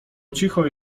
cicho